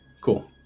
cool